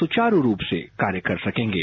सुचार रूप से कार्य कर सकेंगे